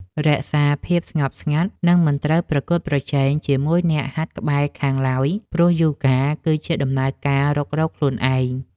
រក្សាភាពស្ងប់ស្ងាត់ និងមិនត្រូវប្រកួតប្រជែងជាមួយអ្នកហាត់ក្បែរខាងឡើយ ព្រោះយូហ្គាគឺជាដំណើររុករកខ្លួនឯង។